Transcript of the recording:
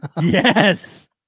Yes